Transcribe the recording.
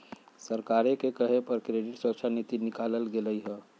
सरकारे के कहे पर क्रेडिट सुरक्षा नीति निकालल गेलई ह